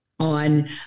on